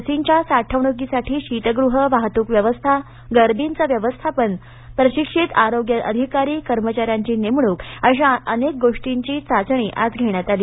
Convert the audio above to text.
लसींच्या साठवणुकीसाठी शीतगृह वाहत्तूक व्यवस्था गर्दीचं व्यवस्थापन प्रशिक्षित आरोग्य अधिकारी कर्मचाऱ्यांची नेमणूक अशा अनेक बाबींची चाघणी आज घेण्यात आली